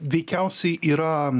veikiausiai yra